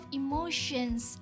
emotions